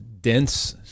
dense